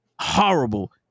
Horrible